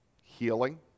healing